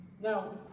Now